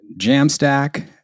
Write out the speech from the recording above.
Jamstack